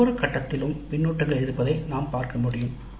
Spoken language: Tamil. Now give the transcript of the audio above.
ஒவ்வொரு கட்டத்திலும் பின்னூட்டங்கள் இருப்பதை நாம் பார்க்க முடியும்